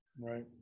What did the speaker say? Right